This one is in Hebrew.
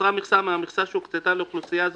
נותרה מכסה מהמכסה שהוקצתה לאוכלוסייה זו,